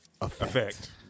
effect